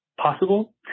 possible